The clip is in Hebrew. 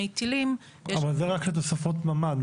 טילים --- אבל זה רק לתוספות ממ"ד,